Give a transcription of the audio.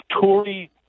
Tory